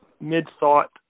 mid-thought